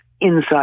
inside